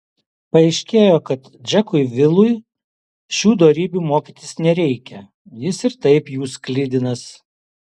paaiškėjo kad džekui vilui šių dorybių mokytis nereikia jis ir taip jų sklidinas